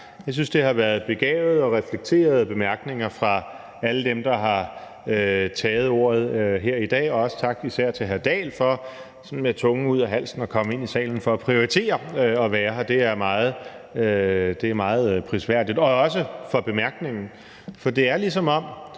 Jeg synes, det har været begavede og reflekterede bemærkninger fra alle dem, der har taget ordet her i dag. Også tak til især hr. Henrik Dahl for sådan med tungen ud af halsen at komme ind i salen for at prioritere at være her. Det er meget prisværdigt. Og også tak for bemærkningen. For det er, som om